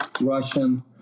Russian